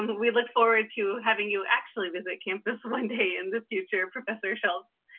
we look forward to having you actually visit campus one day in the future, professor shultz.